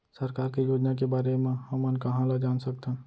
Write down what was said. सरकार के योजना के बारे म हमन कहाँ ल जान सकथन?